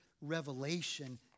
Revelation